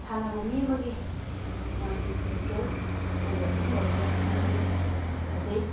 ꯁꯥꯟꯅꯕ ꯃꯤ ꯑꯃꯒꯤ ꯃꯥꯒꯤ ꯐꯤꯖꯤꯀꯦꯜ ꯑꯣꯏꯕ ꯐꯤꯠꯅꯦꯁꯁꯦ ꯑꯁꯨꯛꯀꯤ ꯃꯇꯤꯛ ꯐꯖꯩ